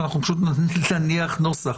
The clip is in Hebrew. שאנחנו פשוט נניח נוסח.